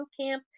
Bootcamp